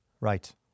Right